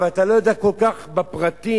אתה לא יודע כל כך את הפרטים,